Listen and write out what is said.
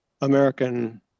American